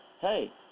hey